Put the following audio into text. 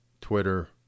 Twitter